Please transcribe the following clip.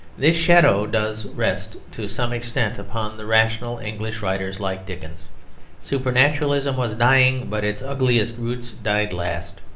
this shadow does rest, to some extent, upon the rational english writers like dickens supernaturalism was dying, but its ugliest roots died last.